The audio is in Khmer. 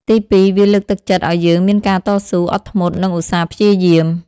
ទីពីរ វាលើកទឹកចិត្តឲ្យយើងមានការតស៊ូ អត់ធ្មត់ និងឧស្សាហ៍ព្យាយាម។